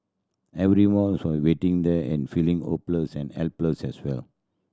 everyone waiting there and feeling hopeless and helpless as well